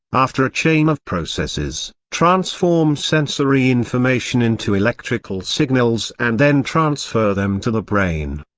after a chain of processes, transform sensory information into electrical signals and then transfer them to the brain.